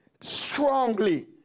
strongly